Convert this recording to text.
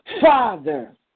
Father